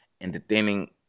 entertaining